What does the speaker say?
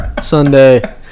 Sunday